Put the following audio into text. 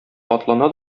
атлана